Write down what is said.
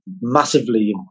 Massively